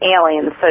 aliens